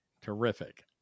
Terrific